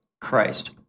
Christ